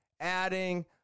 adding